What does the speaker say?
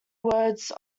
words